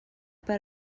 per